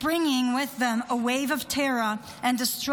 bringing with them a wave of terror and destruction